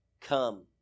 Come